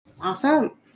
Awesome